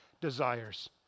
desires